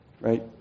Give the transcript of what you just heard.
Right